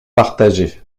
partager